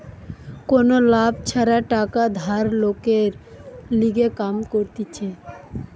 কোনো লাভ ছাড়া টাকা ধার লোকের লিগে কাম করতিছে